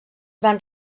van